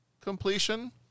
completion